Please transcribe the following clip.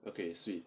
okay sweet